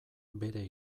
bere